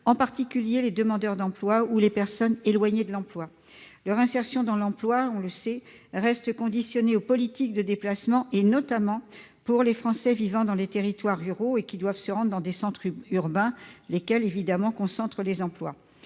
en particulier les demandeurs d'emploi ou les personnes éloignées de l'emploi. On le sait, leur insertion dans l'emploi reste conditionnée aux politiques de déplacements : c'est notamment le cas des Français vivant dans les territoires ruraux qui doivent se rendre dans les centres urbains, lesquels concentrent les emplois.